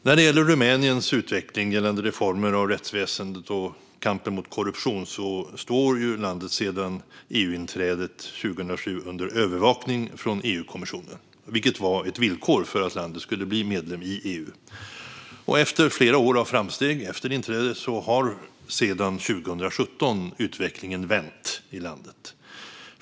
När det gäller Rumäniens utveckling gällande reformer av rättsväsendet och kampen mot korruption står landet sedan EU-inträdet 2007 under övervakning från EU-kommissionen, vilket var ett villkor för landets medlemskap i EU. Efter flera år av framsteg efter inträdet har sedan 2017 utvecklingen vänt i landet.